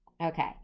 okay